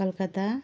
Calcutta